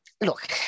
Look